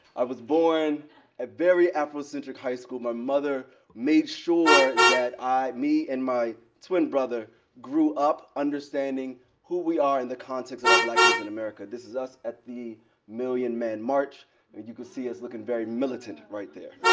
i was born a very afrocentric high school. my mother made sure that me and my twin brother grew up understanding who we are in the context of our blackness in america. this is us at the million man march. and you can see us looking very militant right there.